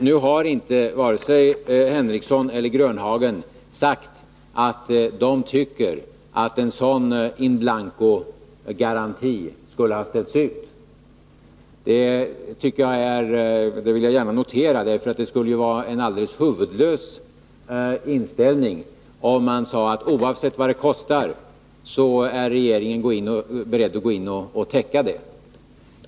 Nu har varken Sven Henricsson eller Nils-Olof Grönhagen sagt att de tycker att en sådan inblancogaranti borde ha ställts ut. Det vill jag gärna notera, ty det skulle ju vara en alldeles huvudlös inställning om man hade sagt att oavsett vad det kostar är regeringen beredd att gå in och täcka förlusten.